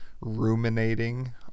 ruminating